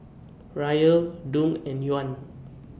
Riyal Dong and Yuan